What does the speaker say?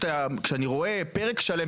כשאני רואה פרק שלם,